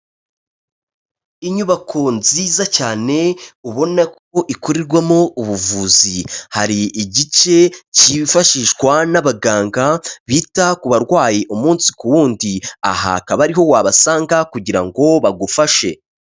Inyubako nziza cyane ubona ko ikorerwamo ubuvuzi hari igice cyifashishwa n'abaganga bita ku barwayi umunsi ku wundi, aha akaba ariho wabasanga kugira ngo bagufashe.